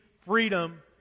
freedom